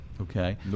okay